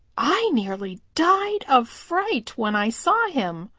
i nearly died of fright when i saw him.